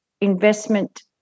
investment